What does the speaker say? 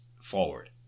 forward